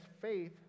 faith